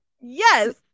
Yes